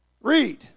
Read